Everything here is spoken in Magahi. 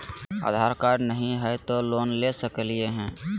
आधार कार्ड नही हय, तो लोन ले सकलिये है?